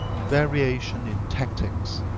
variation in tactics